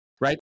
right